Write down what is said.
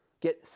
Get